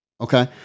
Okay